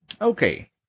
Okay